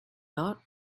not